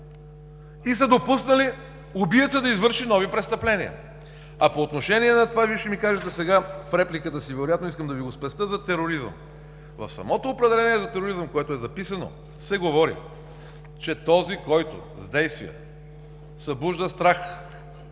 и сте допуснали убиецът да извърши нови престъпления? А по отношение на това Вие ще ми кажете сега в репликата си вероятно, искам да Ви го спестя, за тероризъм. В самото определение за тероризъм, което е записано, се говори че: „този, който с действия събужда страх